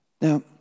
Now